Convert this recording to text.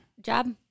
job